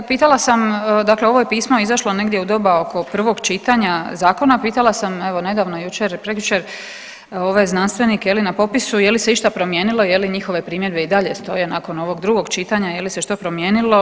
Pitala sam, dakle ovo je pismo izašlo negdje u doba oko prvog čitanja zakona, pisala sam evo nedavno, jučer, prekjučer ove znanstvenike je li na popisu, je li se išta promijenilo, je li njihove primjedbe i dalje stoje nakon ovog drugog čitanja je li se što promijenili.